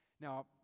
Now